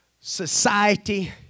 Society